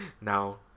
Now